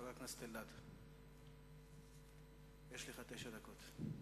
חבר הכנסת אריה אלדד, יש לך תשע דקות.